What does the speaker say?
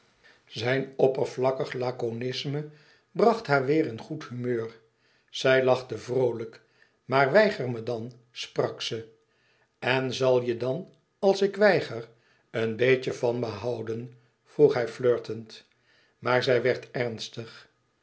zijn oppervlakkig laconisme bracht haar weêr in goed humeur zij lachte vroolijk maar weiger me dan sprak ze en zal je dan als ik je weiger een beetje van me houden vroeg hij flirtend maar zij werd ernstig